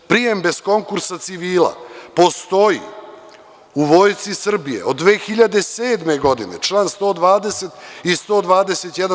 Prijem bez konkursa, civila, postoji u Vojsci Srbije od 2007. godine, član 120. i 121.